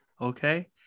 Okay